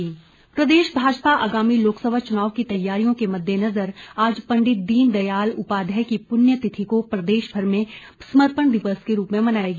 भाजपा प्रदेश भाजपा आगामी लोकसभा चुनाव की तैयारियों के मद्देनज़र आज पंडित दीन दयाल उपाध्याय की पृण्य तिथि को प्रदेशभर में समर्पण दिवस के रूप में मनाएगी